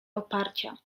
oparcia